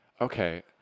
Okay